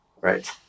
right